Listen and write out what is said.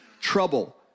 trouble